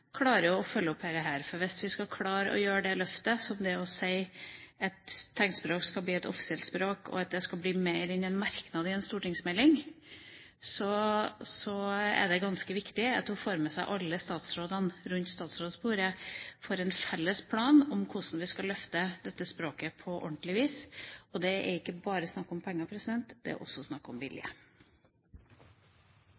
å følge opp dette. Hvis vi skal klare å gjøre det løftet som det er å si at tegnspråk skal bli et offisielt språk, og at det skal bli mer enn en merknad i en stortingsmelding, er det ganske viktig at hun får med seg alle statsrådene rundt statsrådsbordet for en felles plan for hvordan vi skal løfte dette språket på ordentlig vis. Det er ikke bare snakk om penger, det er også snakk om vilje.